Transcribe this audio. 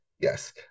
Yes